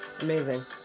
Amazing